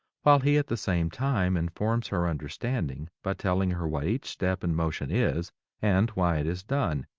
while he at the same time informs her understanding by telling her what each step and motion is and why it is done.